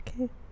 okay